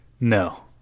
No